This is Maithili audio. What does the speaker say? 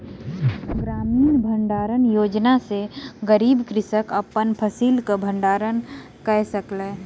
ग्रामीण भण्डारण योजना सॅ गरीब कृषक अपन फसिलक भण्डारण कय सकल